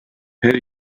her